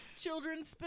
Children's